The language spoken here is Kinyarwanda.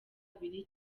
abiri